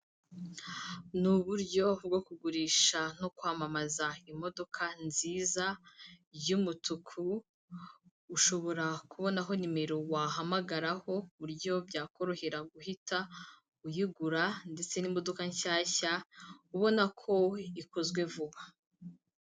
Ni uburyo bwo kugurisha no kwamamaza imodoka nziza y'umutuku, ushobora kubonaho nimero wahamagararaho, ku buryo byakorohera guhita uyigura ndetse n'imodoka nshyashya, ubona ko ikozwe vuba,